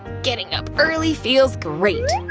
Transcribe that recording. getting up early feels great.